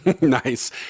Nice